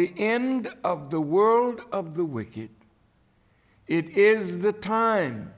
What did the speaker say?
the end of the world of the wicked it is the time